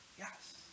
yes